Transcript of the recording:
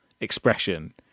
expression